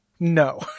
No